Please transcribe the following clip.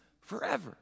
forever